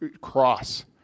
cross